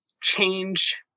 change